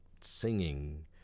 singing